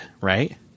right